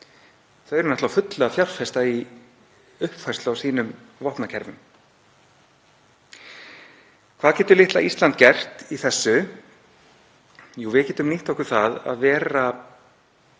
Þau eru náttúrlega á fullu að fjárfesta í uppfærslu á sínum vopnakerfum. Hvað getur litla Ísland gert í þessu? Jú, við getum nýtt okkur það að vera